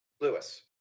Lewis